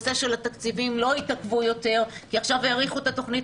שהתקציבים לא יתעכבו יותר כי עכשיו האריכו את התכנית